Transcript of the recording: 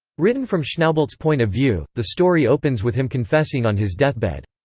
written from schnaubelt's point of view, the story opens with him confessing on his deathbed.